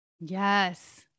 Yes